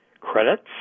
credits